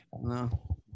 No